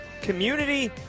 community